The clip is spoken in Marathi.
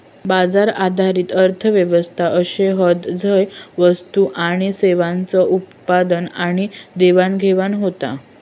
बाजार आधारित अर्थ व्यवस्था अशे हत झय वस्तू आणि सेवांचा उत्पादन आणि देवाणघेवाण होता